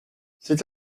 cet